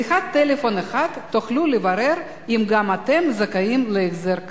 בשיחת טלפון אחת תוכלו לברר אם גם אתם זכאים להחזר כזה.